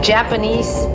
Japanese